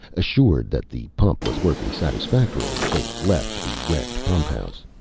assured that the pump was working satisfactorily, they left the wrecked pumphouse.